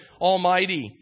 Almighty